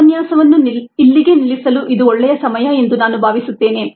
ಈ ಉಪನ್ಯಾಸವನ್ನು ಇಲ್ಲಿಗೆ ನಿಲ್ಲಿಸಲು ಇದು ಒಳ್ಳೆಯ ಸಮಯ ಎಂದು ನಾನು ಭಾವಿಸುತ್ತೇನೆ